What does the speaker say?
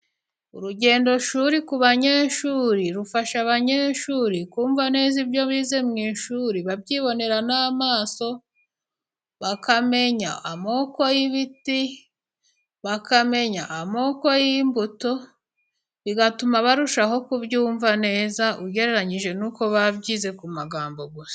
Urugendoshuri ku banyeshuri, rufasha abanyeshuri kumva neza ibyo bize mu ishuri babyibonera n'amaso, bakamenya amoko y'ibiti bakamenya amoko y'imbuto, bigatuma barushaho kubyumva neza ugereranyije n'uko babyize ku magambo gusa.